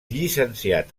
llicenciat